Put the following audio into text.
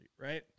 right